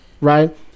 right